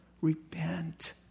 repent